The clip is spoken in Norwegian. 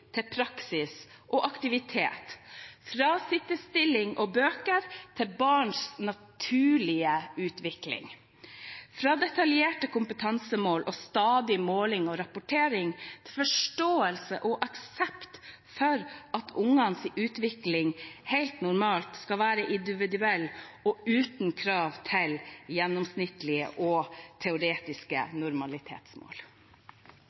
til praksis og aktivitet, fra stillesitting og bøker til barns naturlige utvikling, fra detaljerte kompetansemål og stadig måling og rapportering til forståelse og aksept for at ungenes utvikling helt normalt skal være individuell og uten krav til gjennomsnittlige og